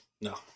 No